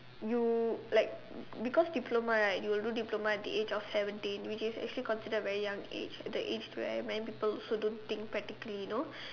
you like because diploma right you will do diploma at the age of seventeen which is actually considered a very young age the age where also many people don't think practically you know